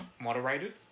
moderated